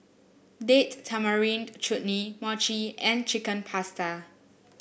Date Tamarind Chutney Mochi and Chicken Pasta